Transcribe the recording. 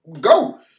go